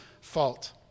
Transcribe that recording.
fault